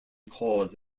cause